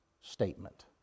statement